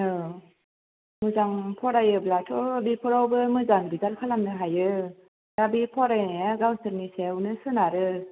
औ मोजां फरायोब्लाथ' बेफोरावबो मोजां रिजाल्ट खालामनो हायो दा बे फरायनाया गावसोरनि सायावनो सोनारो